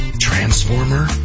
transformer